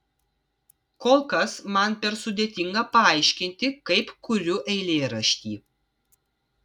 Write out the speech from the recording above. kol kas man per sudėtinga paaiškinti kaip kuriu eilėraštį